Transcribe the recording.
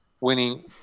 winning